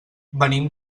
venim